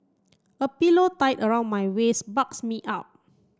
a pillow tied around my waist bulks me up